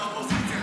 יש סיבה.